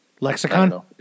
Lexicon